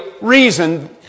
reason